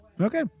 Okay